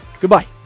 Goodbye